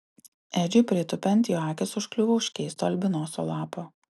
edžiui pritūpiant jo akys užkliuvo už keisto albinoso lapo